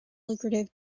lucrative